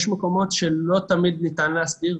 יש מקומות שלא תמיד ניתן להסדיר.